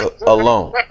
alone